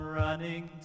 running